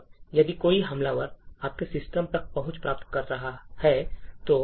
अब यदि कोई हमलावर आपके सिस्टम तक पहुँच प्राप्त करना चाहता है तो